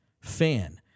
fan